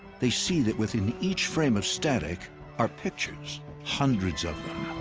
they see that within each frame of static are pictures hundreds of them.